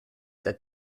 that